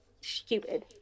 stupid